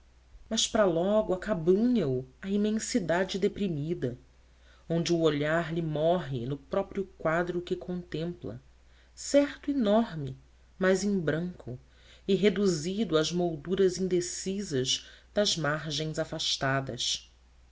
mas para logo acabrunha o a imensidade deprimida onde o olhar lhe morre no próprio quadro que contempla certo enorme mas em branco e reduzido às molduras indecisas das margens afastadas